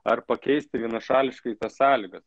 ar pakeisti vienašališkai tas sąlygas